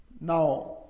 Now